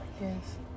yes